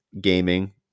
gaming